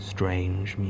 Strange